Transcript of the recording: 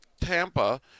Tampa